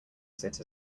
sit